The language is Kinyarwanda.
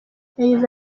yagize